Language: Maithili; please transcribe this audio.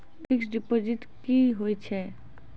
फिक्स्ड डिपोजिट की होय छै?